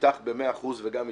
במאה אחוז וגם אתך,